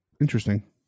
interesting